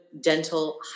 dental